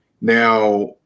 Now